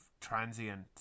transient